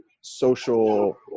social